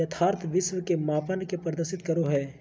यथार्थ विश्व के मापन के प्रदर्शित करो हइ